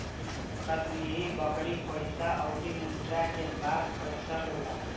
कश्मीरी बकरी पइसा अउरी मुद्रा के बात कइल जाला